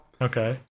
Okay